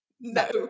No